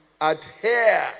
adhere